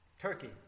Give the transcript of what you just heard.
Turkey